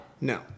No